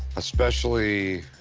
especially